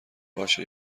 باشه